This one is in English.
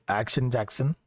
action-jackson